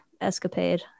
escapade